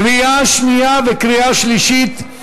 קריאה שנייה וקריאה שלישית.